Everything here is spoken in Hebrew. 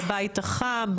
והבית החם,